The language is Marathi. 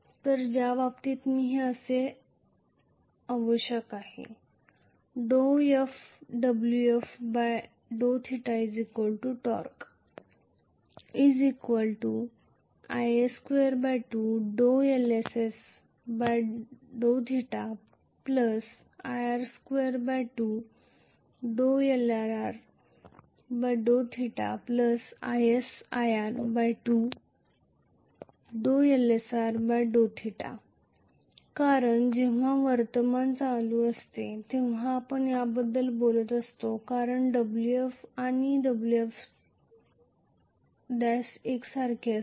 तर ज्या बाबतीत मी हे असणे आवश्यक आहे कारण जेव्हा करंट चालू असते तेव्हा आपण याबद्दल बोलत असतो कारण Wf आणि Wf'एकसारखेच असतात